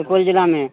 सुपौल जिलामे